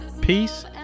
peace